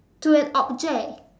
to an object